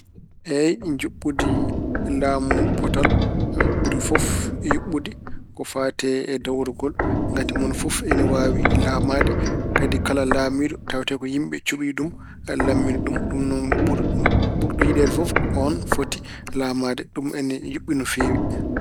Eey, njuɓɓudi laamu potal ɓuri fof yuɓɓude ko fayti e dawrugol. Ngati mone fof ene waawi laamade. Kadi kala laamino tawatee ko yimɓe cuɓii ɗum, laamini ɗum. Ɗum noon, mo ɓur- ɓurɗo yiɗeede fof ko oon foti laamaade. Ɗum ene yuɓɓi no feewi.